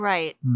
Right